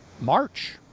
March